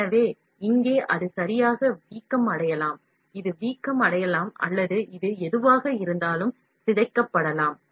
எனவே இங்கே அது சரியாக வீக்கம் அடையலாம்இது வீக்கம் அடையலாம் அல்லது இது சிதைக்கப்படலாம்